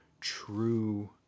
true